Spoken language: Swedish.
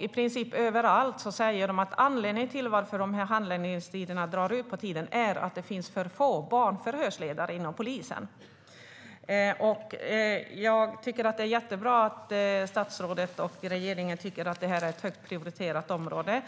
I princip överallt säger man att anledningen till att dessa handläggningstider blir så långa är att det finns för få barnförhörsledare inom polisen. Det är jättebra att statsrådet och regeringen tycker att detta är ett högt prioriterat område.